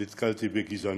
נתקלתי בגזענות,